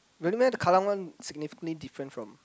really meh the Kallang one significantly different from